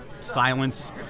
silence